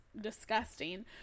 disgusting